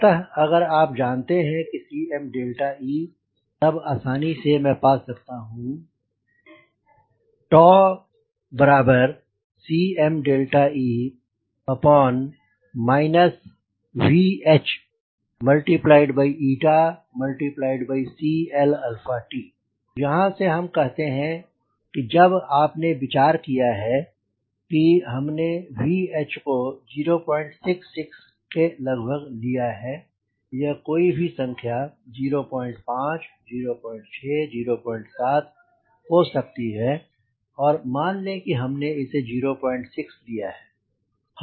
अतः अगर आप जानते है Cme तब आसानी से मैं पा सकता हूँ Cme VHCLt यहाँ से हम कहते हैं कि जब से आपने विचार किया कि हमने VHको 066 के लगभग लिया है यह कोई भी संख्या 05 06 07 हो सकता है और मान लें कि हमने इसे 06 लिया है